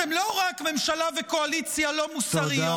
אתם לא רק ממשלה וקואליציה לא מוסריות,